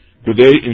Today